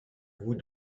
vous